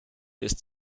ist